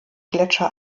gletscher